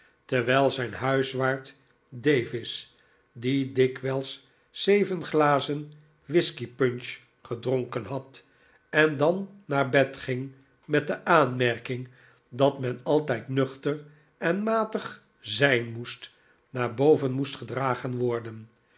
terwijl zijn huiswaard davis die dikwijls zeven glazen whiskey punch gedronken had en dan naar bed ging met de jozef geimaldi aanmerking dat men altijd nuchter en matig zijn moest naar boven moest gedragen worden